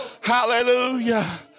Hallelujah